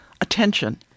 attention